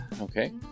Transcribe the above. Okay